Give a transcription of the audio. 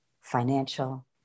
financial